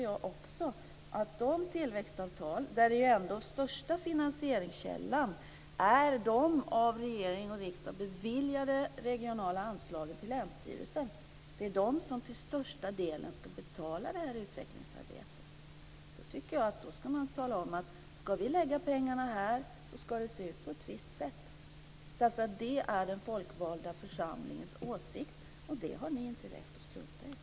I fråga om de här tillväxtavtalen är ju den största finansieringskällan ändå de av regering och riksdag beviljade regionala anslagen till länsstyrelsen, och det är de som till största delen ska betala utvecklingsarbetet. Då tycker jag att man ska säga att om vi lägger pengarna här så ska det se ut på ett visst sätt. Det är den folkvalda församlingens åsikt, och det har ni inte rätt att strunta i.